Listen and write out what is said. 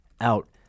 out